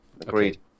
Agreed